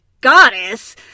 goddess